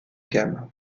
gamme